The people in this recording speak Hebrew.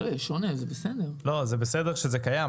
לא זה בסדר שזה קיים,